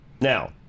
Now